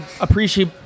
appreciate